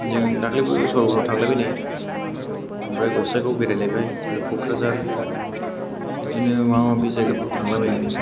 जों दाखालिबो सरलफारायाव थांलायबाय नै आमफ्राय गसाइगाव बेरायलायबाय आरो क'क्राझार बिदिनो माबा माबि जायगाफ्राव थांलाबायो